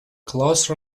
close